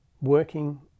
Working